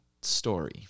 story